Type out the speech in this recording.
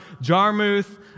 Jarmuth